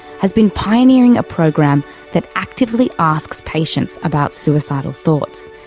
has been pioneering a program that actively asks patients about suicidal thoughts,